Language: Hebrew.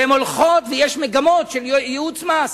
הן הולכות, ויש מגמות של ייעוץ מס.